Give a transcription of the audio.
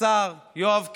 השר יואב קיש,